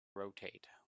rotate